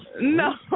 No